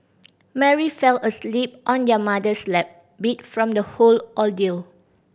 Mary fell asleep on their mother's lap beat from the whole ordeal